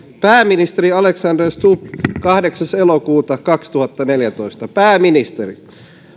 pääministeri alexander stubb kahdeksas elokuuta kaksituhattaneljätoista pääministeri